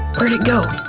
where'd it go?